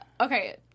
Okay